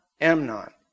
Amnon